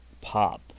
pop